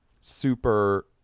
super